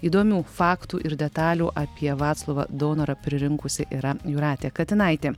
įdomių faktų ir detalių apie vaclovą daunorą pririnkusi yra jūratė katinaitė